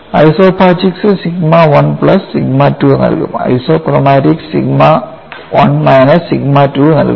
isopachics sigma 1 plus sigma 2 നൽകും isochromatics sigma 1 minus sigma 2 നൽകുന്നു